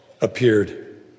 appeared